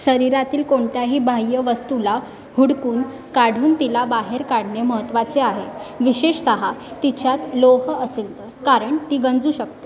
शरीरातील कोणत्याही बाह्य वस्तूला हुडकून काढून तिला बाहेर काढणे महत्त्वाचे आहे विशेषतः तिच्यात लोह असेल तर कारण ती गंजू शकते